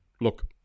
look